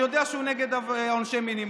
אני יודע שהוא נגד עונשי מינימום,